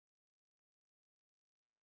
ten cents fifteen cents ah